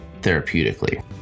therapeutically